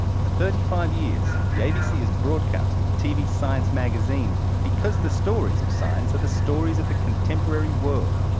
for thirty five years, the abc has broadcast a tv science magazine because the stories of science are the stories of the contemporary world.